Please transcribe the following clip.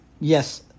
yes